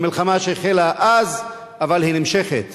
זו מלחמה שהחלה אז אבל היא נמשכת